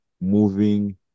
moving